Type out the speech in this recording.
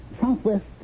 Southwest